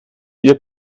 ihr